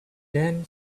then